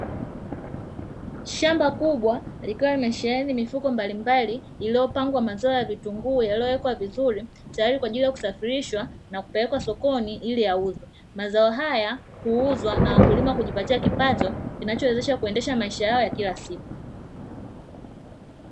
Shamba kubwa likiwa limesheheni mifuko mbalimbali iliyopangwa mazao ya vitunguu yaliyowekwa vizuri tayari kwaajili ya kusafirishwa na kupelekwa sokoni ili yauzwe, mazao haya huuzwa na wakulima kujipatia kipato kinachowezesha kuendesha maisha yao ya kila siku.